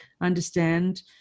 understand